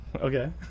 Okay